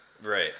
Right